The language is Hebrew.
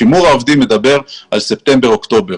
שימור העובדים מדבר על ספטמבר-אוקטובר.